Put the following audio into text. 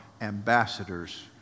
ambassadors